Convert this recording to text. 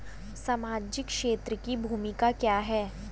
सामाजिक क्षेत्र की भूमिका क्या है?